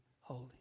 holy